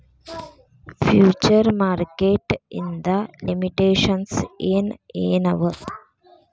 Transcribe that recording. Future market ಇಂದ್ limitations ಏನ್ ಏನವ?